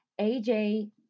AJ